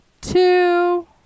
Two